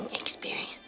experience